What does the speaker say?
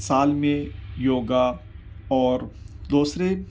سال میں یوگا اور دوسرے